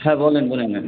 হ্যাঁ বলেন বলুন ম্যাম